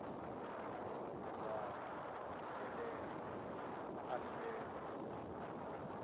ᱚᱱᱟ ᱵᱚᱸᱜᱟ ᱴᱷᱮᱡ ᱞᱮ ᱟᱞᱮ ᱞᱮ